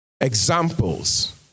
examples